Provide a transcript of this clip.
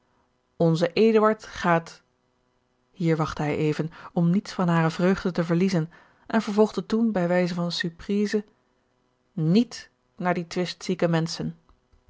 eduard gaat hier wachtte hij even om niets van hare vreugde te verliezen en vervolgde toen bij wijze van surprise niet naar die twistzieke menschen